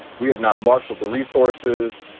we have not marshaled the resources.